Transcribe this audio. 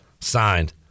signed